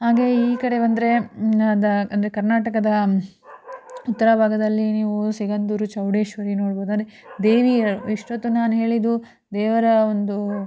ಹಾಗೆ ಈ ಕಡೆ ಬಂದರೆ ದ ಅಂದರೆ ಕರ್ನಾಟಕದ ಉತ್ತರ ಭಾಗದಲ್ಲಿ ನೀವು ಸಿಗಂಧೂರು ಚೌಡೇಶ್ವರಿ ನೋಡ್ಬೋದು ಅಂರೆ ದೇವಿಯ ಇಷ್ಟೊತ್ತು ನಾನು ಹೇಳಿದ್ದು ದೇವರ ಒಂದು